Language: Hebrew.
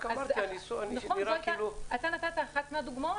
רק אמרתי שהניסוח -- אתה נתת את אחת הדוגמאות.